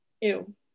ew